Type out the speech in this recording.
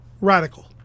radical